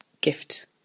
gift